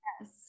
yes